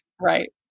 right